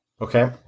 Okay